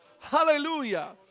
Hallelujah